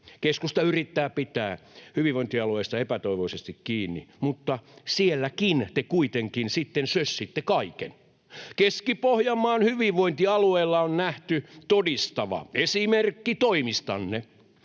Keskusta yrittää pitää hyvinvointialueista epätoivoisesti kiinni, mutta sielläkin te kuitenkin sitten sössitte kaiken. Keski-Pohjanmaan hyvinvointialueella on nähty todistava esimerkki toimistanne.